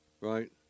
right